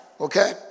Okay